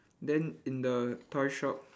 then in the toy shop